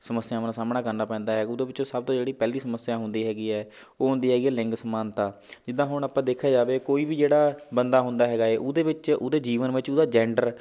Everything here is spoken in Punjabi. ਸਮੱਸਿਆਵਾਂ ਦਾ ਸਾਹਮਣਾ ਕਰਨਾ ਪੈਂਦਾ ਹੈ ਉਹਦੇ ਵਿੱਚ ਸਭ ਤੋਂ ਪਹਿਲੀ ਜਿਹੜੀ ਸਮੱਸਿਆ ਆਉਂਦੀ ਹੈਗੀ ਹੈ ਉਹ ਹੁੰਦੀ ਹੈ ਲਿੰਗ ਸਮਾਨਤਾ ਜਿੱਦਾਂ ਹੁਣ ਆਪਾਂ ਦੇਖਿਆ ਜਾਵੇ ਕੋਈ ਵੀ ਜਿਹੜਾ ਬੰਦਾ ਹੁੰਦਾ ਹੈਗਾ ਹੈ ਉਹਦੇ ਵਿੱਚ ਉਹਦੇ ਜੀਵਨ ਵਿੱਚ ਉਹਦਾ ਜੈਂਡਰ